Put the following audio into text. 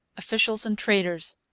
officials and traders,